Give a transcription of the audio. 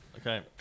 Okay